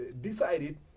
decided